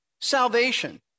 salvation